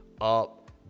up